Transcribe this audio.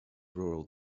rural